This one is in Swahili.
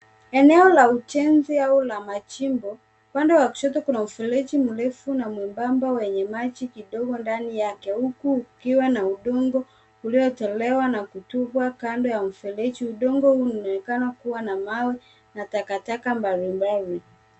Eneo la ujenzi au la machimbo. Upande wa kushoto kuna mifereji mrefu na mwembamba wenye maji kidogo ndani yake huku ukiwa na udongo uliyotolewa na kutupwa kando ya mfereji. Udongo huu unaonekana kuwa na mawe na taka taka mbali mbali.